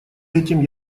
этим